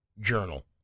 journal